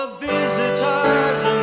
visitors